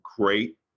great